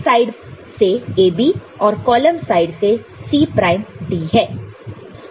तो इस साइड से A B और कॉलम साइड से C प्राइम D है